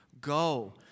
Go